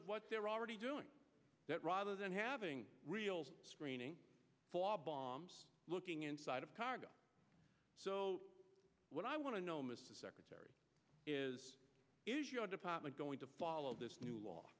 of what they're already doing that rather than having real screening bombs looking inside of cargo so what i want to know mr secretary is is your department going to follow this new law